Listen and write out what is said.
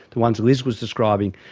the ones that liz was describing,